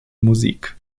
musik